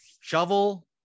shovel